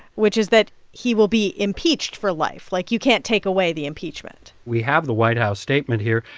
which is that he will be impeached for life. like, you can't take away the impeachment we have the white house statement here.